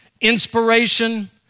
inspiration